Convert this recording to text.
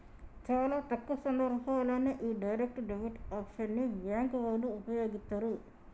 చాలా తక్కువ సందర్భాల్లోనే యీ డైరెక్ట్ డెబిట్ ఆప్షన్ ని బ్యేంకు వాళ్ళు వుపయోగిత్తరు